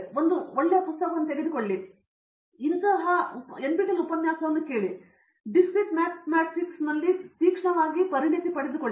ಒಂದು ಪುಸ್ತಕ ಒಳ್ಳೆಯ ಪುಸ್ತಕವನ್ನು ತೆಗೆದುಕೊಳ್ಳಿ ಮತ್ತು ಈ ರೀತಿಯ NPTEL ಉಪನ್ಯಾಸವನ್ನು ಕೇಳಿ ಮತ್ತು ನಿಮ್ಮನ್ನು ಡಿಸ್ಕ್ರೀಟ್ ಮ್ಯಾಥಮ್ಯಾಟಿಕ್ಸ್ನೊಂದಿಗೆ ತೀಕ್ಷ್ಣವಾಗಿ ಪಡೆದುಕೊಳ್ಳಿ